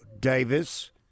Davis